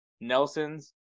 Nelson's